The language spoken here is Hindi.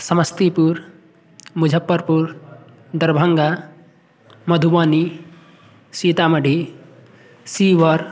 समस्तीपुर मुज्जफरपुर दरभंगा मधुबनी सीतामढ़ी शिवहर